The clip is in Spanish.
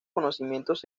conocimientos